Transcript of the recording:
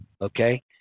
Okay